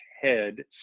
head